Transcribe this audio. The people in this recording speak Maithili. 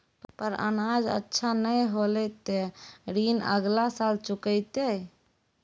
पर अनाज अच्छा नाय होलै तॅ ऋण अगला साल चुकैतै